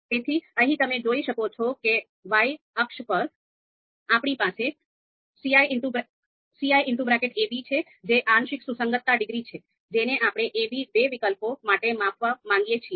તેથી અહીં તમે જોઈ શકો છો કે y અક્ષ પર આપણી પાસે ciab છે જે આંશિક સુસંગતતા ડિગ્રી છે જેને આપણે ab બે વિકલ્પો માટે માપવા માંગીએ છીએ